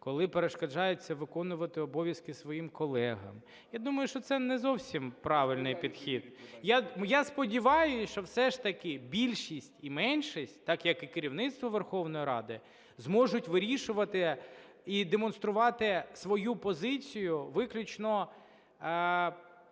коли перешкоджають виконувати обов'язки своїм колегам, я думаю, що це не зовсім правильний підхід. Я сподіваюсь, що все ж таки більшість і меншість, так як і керівництво Верховної Ради, зможуть вирішувати і демонструвати свою позицію виключно